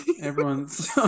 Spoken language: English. Everyone's